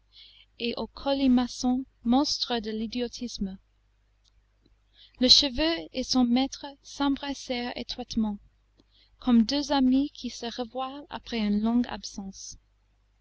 et au colimaçon monstrueux de l'idiotisme le cheveu et son maître s'embrassèrent étroitement comme deux amis qui se revoient après une longue absence